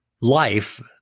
Life